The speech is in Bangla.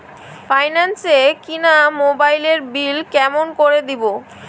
ফাইন্যান্স এ কিনা মোবাইলের বিল কেমন করে দিবো?